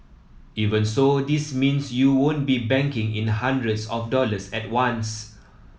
even so this means you won't be banking in hundreds of dollars at once